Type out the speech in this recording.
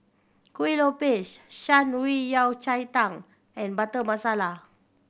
Kuih Lopes Shan Rui Yao Cai Tang and Butter Masala